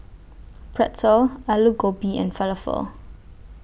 Pretzel Alu Gobi and Falafel